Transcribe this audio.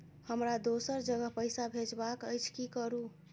हमरा दोसर जगह पैसा भेजबाक अछि की करू?